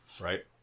Right